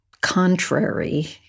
contrary